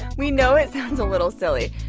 we know it sounds a little silly,